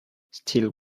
still